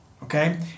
okay